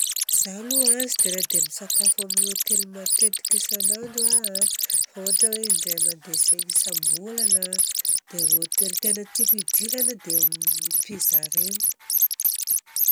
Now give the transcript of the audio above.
Izaho aloha a tsy tena dia misakafo amin'ny hotely matetika isanandro aho a fa ohatra hoe indray mandeha isam-bolana. Dia hotely tena tiako idirana a dia amin'ny pizza ireny.